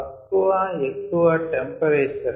తక్కువ ఎక్కువ టెంపరేచర్